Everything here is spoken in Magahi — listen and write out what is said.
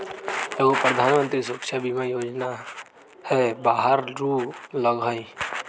एगो प्रधानमंत्री सुरक्षा बीमा योजना है बारह रु लगहई?